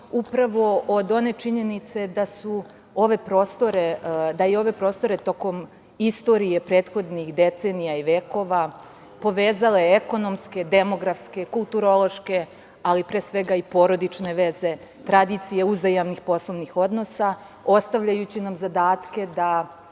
upravo od one činjenice da je ove prostore tokom istorije prethodnih decenija i vekova povezale ekonomske, demografske, kulturološke, ali pre svega i porodične veze, tradicije uzajamnih poslovnih odnosa, ostavljajući nam zadatke da